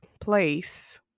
place